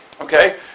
Okay